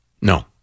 No